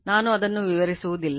ನಾನು ಅದನ್ನು ವಿವರಿಸುವುದಿಲ್ಲ